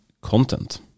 content